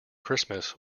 christmas